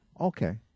Okay